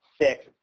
six